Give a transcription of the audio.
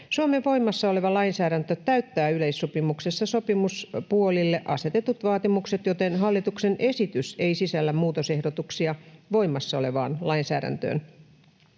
Suomen voimassa oleva lainsäädäntö täyttää yleissopimuksessa sopimuspuolille asetetut vaatimukset, joten hallituksen esitys ei sisällä muutosehdotuksia voimassa olevaan lainsäädäntöön.